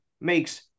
makes